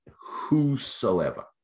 whosoever